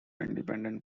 independent